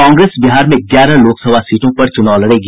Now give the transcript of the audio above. कांग्रेस बिहार में ग्यारह लोकसभा सीटों पर चुनाव लड़ेगी